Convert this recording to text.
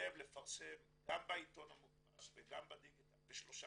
תתחייב לפרסם גם בעתון המודפס וגם בדיגיטל בשלושה